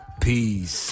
Peace